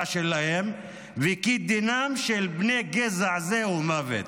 שלהם אשר דינם של בני גזע זה הוא מוות.